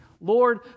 Lord